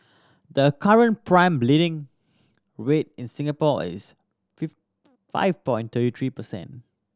the current prime lending rate in Singapore is five point thirty three percent